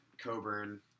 Coburn